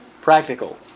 Practical